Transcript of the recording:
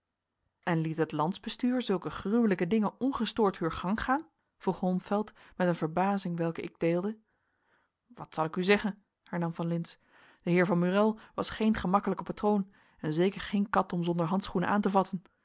en liet het landsbestuur zulke gruwelijke dingen ongestoord heur gang gaan vroeg holmfeld met een verbazing welke ik deelde wat zal ik u zeggen hernam van lintz de heer van murél was geen gemakkelijke patroon en zeker geen kat om zonder handschoenen aan te vatten